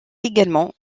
également